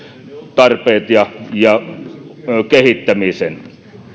tarpeet ja ja kehittämisen